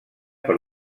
per